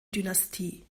dynastie